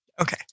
Okay